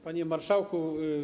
Panie Marszałku!